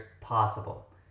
possible